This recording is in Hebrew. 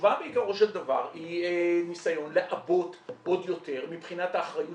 התשובה בעיקרו של דבר היא ניסיון לעבות עוד יותר מבחינת האחריות